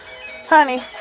honey